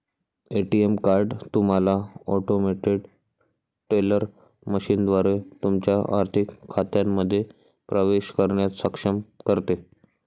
ATM card तुम्हाला automated teller मशीनद्वारे तुमच्या आर्थिक खात्यांमध्ये प्रवेश करण्यास सक्षम करते